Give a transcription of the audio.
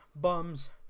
bums